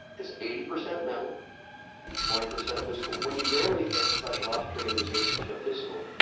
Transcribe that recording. it's eighty percent mental, it's twenty percent physical. when you normally think special ops training is eighty percent physical,